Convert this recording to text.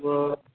ओ